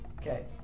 Okay